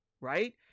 right